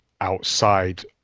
outside